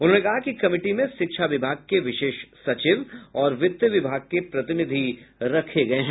उन्होंने कहा कि कमिटी में शिक्षा विभाग के विशेष सचिव और वित्त विभाग के प्रतिनिधि रखे गये हैं